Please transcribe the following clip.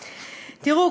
תראו,